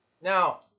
Now